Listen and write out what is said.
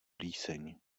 plíseň